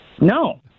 No